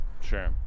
Sure